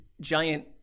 giant